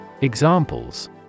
Examples